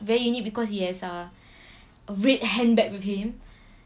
very unique because he has ah a red handbag with him